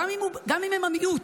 גם אם הם המיעוט,